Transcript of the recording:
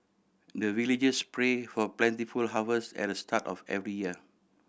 the villagers pray for plentiful harvest at the start of every year